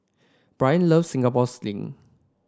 Brian loves Singapore Sling